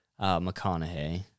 McConaughey